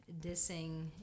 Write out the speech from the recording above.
dissing